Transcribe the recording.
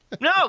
No